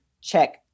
check